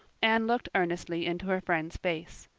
anne looked earnestly into her friend's face.